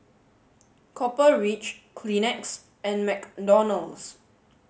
Copper Ridge Kleenex and McDonald's